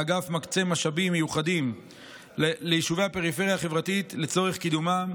האגף מקצה משאבים מיוחדים ליישובי הפריפריה החברתית לצורך קידומם.